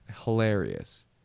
hilarious